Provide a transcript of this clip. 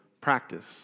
practice